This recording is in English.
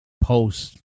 post